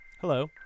Hello